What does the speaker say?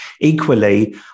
Equally